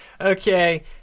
Okay